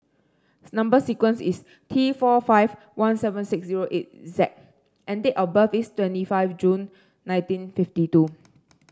number sequence is T four five one seven six zero eight Z and date of birth is twenty five June nineteen fifty two